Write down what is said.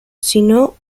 sino